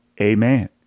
Amen